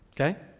okay